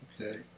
Okay